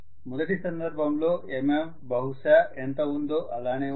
మొదటి సందర్భంలో MMF బహుశా ఎంత ఉందో అలానే ఉంది